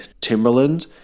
timberland